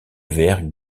vers